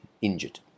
injured